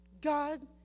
God